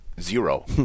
zero